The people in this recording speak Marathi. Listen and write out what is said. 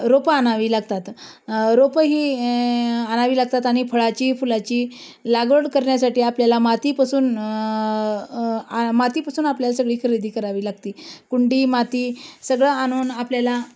रोपं आणावी लागतात रोपं ही आ आणावी लागतात आणि फळाची फुलाची लागवड करण्यासाठी आपल्याला मातीपासून मातीपासून आपल्याला सगळी खरेदी करावी लागती कुंडी माती सगळं आणून आपल्याला